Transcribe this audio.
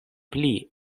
pli